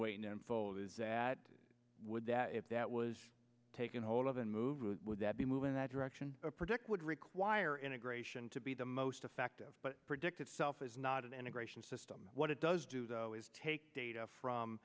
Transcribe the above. waiting and told is that would that if that was taken hold of and move would that be move in that direction predict would require integration to be the most effective but predict itself is not an integration system what it does do though is take data from